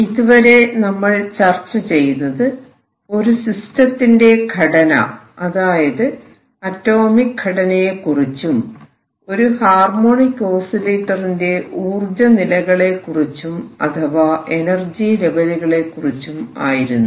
ഇതുവരെ നമ്മൾ ചർച്ച ചെയ്തത് ഒരു സിസ്റ്റത്തിന്റെ ഘടന അതായത് ആറ്റോമിക് ഘടനയെക്കുറിച്ചും ഒരു ഹാർമോണിക് ഓസിലേറ്ററിന്റെ ഊർജ നിലകളെക്കുറിച്ചും അഥവാ എനർജി ലെവലുകളെ കുറിച്ചും ആയിരുന്നു